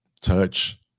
touch